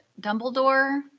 Dumbledore